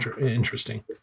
interesting